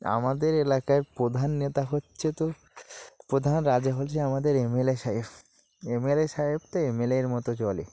আমাদের এলাকার প্রধান নেতা হচ্ছে তো প্রধান রাজা হচ্ছে আমাদের এমএলএ সাহেব এমএলএ সাহেব তো এমএলএর মতো চলে